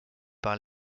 par